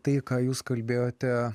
tai ką jūs kalbėjote